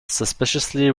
suspiciously